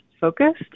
focused